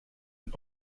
ein